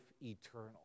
eternal